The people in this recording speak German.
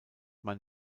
man